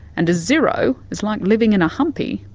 and a zero is like living in a humpy.